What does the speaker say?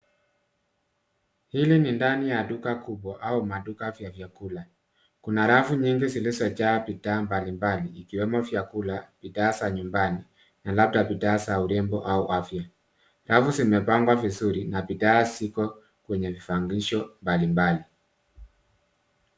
Hili ni ndani ya duka kubwa au maduka vya vyakula. Kuna rafu nyingi zilizojaa bidhaa mbalimbali ikiwemo vyakula, bidhaa za nyumbani na labda bidhaa za urembo au afya. Rafu zimepangwa vizuri na bidhaa ziko kwenye vifangisho mbalimbali.